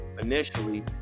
initially